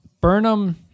Burnham